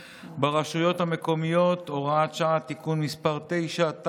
ברשויות המקומיות (הוראת שעה) (תיקון מס' 9),